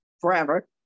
forever